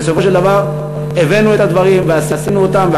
ובסופו של דבר הבאנו את הדברים ועשינו אותם,